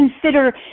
consider